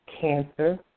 Cancer